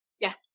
Yes